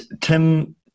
tim